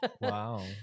Wow